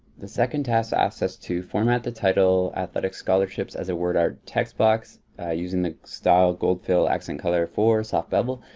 the second tasks us us to format the title athletic scholarships as a wordart text box using the style gold fill accent color four, soft bevel.